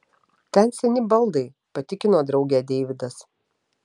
ten seni baldai patikino draugę deividas